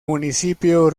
municipio